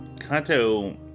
Kanto